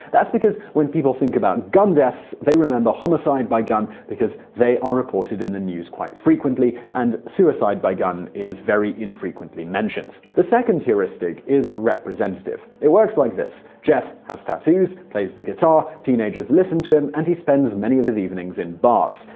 that's because when people think about gun deaths, they remember homicide by gun because they are reported in the news quite frequently, and suicide by gun is infrequently mentioned. the second heuristic is representative. it works like this jeff has tattoos, plays the guitar, teenagers listen to him, and he spends many of his evenings in bars.